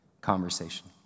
conversation